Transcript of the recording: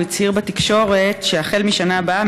הוא הצהיר בתקשורת שהחל מהשנה הבאה,